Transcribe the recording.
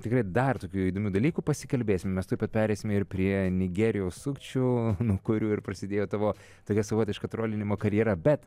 tikrai dar tokių įdomių dalykų pasikalbėsim mes tuoj pat pereisime ir prie nigerijos sukčių nuo kurių ir prasidėjo tavo tokia savotiška trolinimo karjera bet